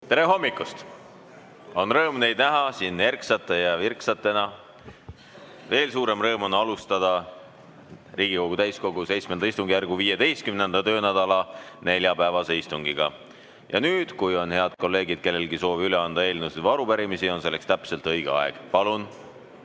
Tere hommikust! On rõõm teid näha siin erksate ja virksatena. Veel suurem rõõm on alustada Riigikogu täiskogu VII istungjärgu 15. töönädala neljapäevast istungit. Nüüd, kui on, head kolleegid, kellelgi soovi üle anda eelnõusid või arupärimisi, on selleks täpselt õige aeg. Palun!